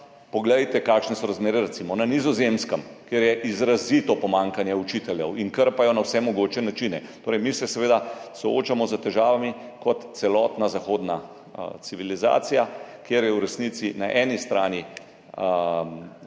poglejte recimo, kakšne so razmere na Nizozemskem, kjer je izrazito pomanjkanje učiteljev in krpajo na vse mogoče načine. Mi se seveda soočamo s težavami kot celotna zahodna civilizacija, v resnici so na eni strani